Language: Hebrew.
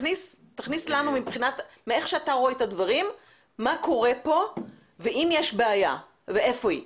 תסביר לנו מאיך שאתה רואה את הדברים מה קורה פה ואם יש בעיה ואיפה היא.